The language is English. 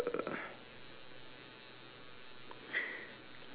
uh